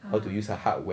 how to use a hardware